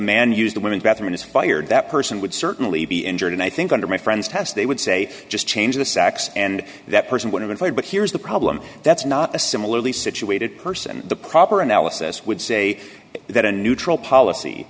man used the women's bathroom is fired that person would certainly be injured and i think under my friend's house they would say just change the sacks and that person would have a plate but here's the problem that's not a similarly situated person the proper analysis would say that a neutral policy